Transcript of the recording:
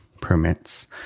permits